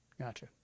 Gotcha